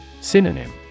Synonym